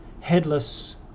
headless